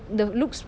the looks